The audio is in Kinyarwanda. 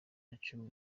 nacumi